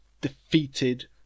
defeated